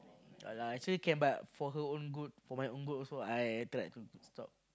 ah lah actually can but for her own good for my own good also I feel like I need to stop